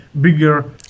bigger